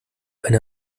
eine